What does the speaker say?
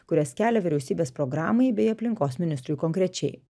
kuriuos kelia vyriausybės programai bei aplinkos ministrui konkrečiai